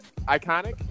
iconic